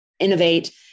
innovate